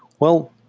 well,